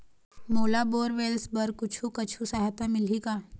मोला bore borewells बर कुछू कछु सहायता मिलही का?